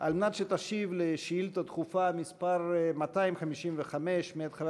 כדי להשיב על שאילתה דחופה מס' 255 של חבר